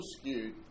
skewed